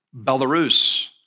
Belarus